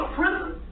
prison